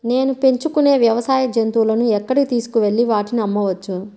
నేను పెంచుకొనే వ్యవసాయ జంతువులను ఎక్కడికి తీసుకొనివెళ్ళి వాటిని అమ్మవచ్చు?